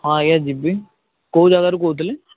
ହଁ ଆଜ୍ଞା ଯିବି କେଉଁ ଜାଗାରୁ କହୁଥିଲେ